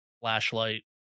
flashlight